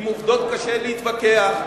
עם עובדות קשה להתווכח.